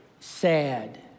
sad